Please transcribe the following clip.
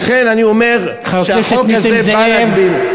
לכן אני אומר שהחוק הזה בא להגביל,